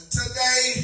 today